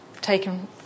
taken